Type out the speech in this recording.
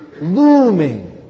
looming